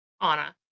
Anna